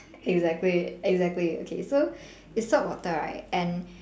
exactly exactly okay so it's saltwater right and